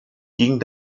ging